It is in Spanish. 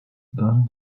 dan